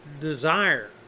desire